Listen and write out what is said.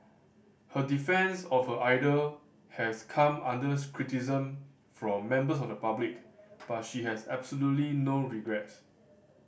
her defence of her idol has come under criticism from members of the public but she has absolutely no regrets